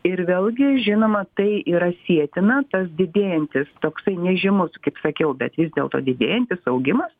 ir vėlgi žinoma tai yra sietina tas didėjantis toksai nežymus kaip sakiau bet vis dėlto didėjantis augimas